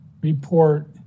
report